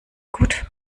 gut